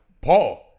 Paul